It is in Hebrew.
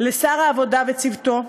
לשר העבודה וצוותו,